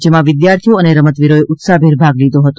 જેમાં વિદ્યાર્થીઓ અને રમતવીરોએ ઉત્સાહભેર ભાગ લીધો હતો